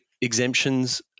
exemptions